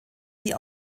die